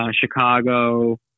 Chicago